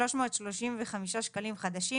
- 335 שקלים חדשים,